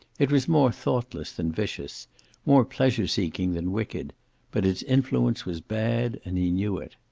it was more thoughtless than vicious more pleasure-seeking than wicked but its influence was bad, and he knew it.